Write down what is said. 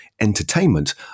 entertainment